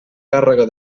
càrrega